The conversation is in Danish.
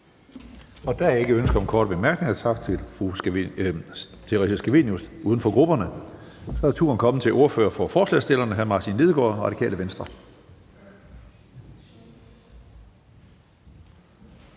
Der er ikke ønske om korte bemærkninger. Tak til fru Theresa Scavenius, uden for grupperne. Så er turen kommet til ordføreren for forslagsstillerne, hr. Martin Lidegaard, Radikale Venstre.